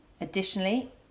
Additionally